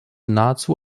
nahezu